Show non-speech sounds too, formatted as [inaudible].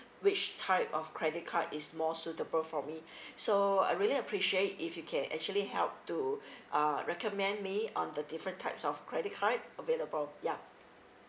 which type of credit card is more suitable for me [breath] so I really appreciate if you can actually help to [breath] uh recommend me on the different types of credit card available ya